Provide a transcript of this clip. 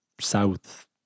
south